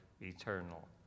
eternal